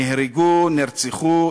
נהרגו, נרצחו,